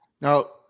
Now –